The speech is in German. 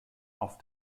auf